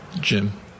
Jim